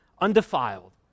undefiled